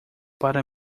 para